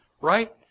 Right